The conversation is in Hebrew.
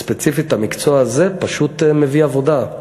ספציפית, המקצוע הזה פשוט מביא עבודה.